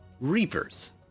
Reapers